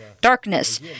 darkness